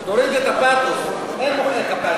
תוריד את הפתוס, אין מוחאי כפיים פה.